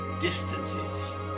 distances